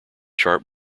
chart